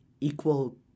equal